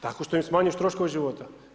Tako što im smanjiš troškove života.